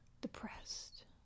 depressed